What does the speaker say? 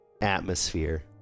atmosphere